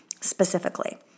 specifically